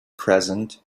present